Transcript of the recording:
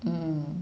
mm